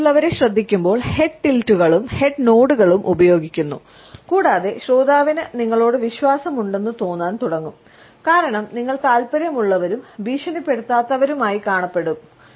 നിങ്ങൾ മറ്റുള്ളവരെ ശ്രദ്ധിക്കുമ്പോൾ ഹെഡ് ടിൽറ്റുകളും ഹെഡ് നോഡുകളും ഉപയോഗിക്കുന്നു കൂടാതെ ശ്രോതാവിന് നിങ്ങളോട് വിശ്വാസമുണ്ടെന്ന് തോന്നാൻ തുടങ്ങും കാരണം നിങ്ങൾ താൽപ്പര്യമുള്ളവരും ഭീഷണിപ്പെടുത്താത്തവരുമായി കാണപ്പെടും